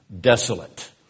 desolate